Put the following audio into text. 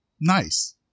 Nice